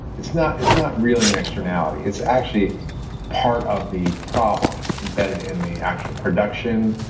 it's not it's not really an externality. it's actually part of the problem. it's embedded in the actual production,